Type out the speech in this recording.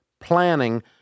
planning